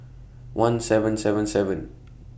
one seven seven seven